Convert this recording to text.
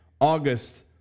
August